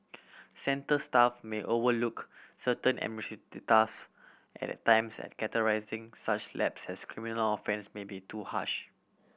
centre staff may overlook certain task at times and categorising such lapses criminal offence may be too harsh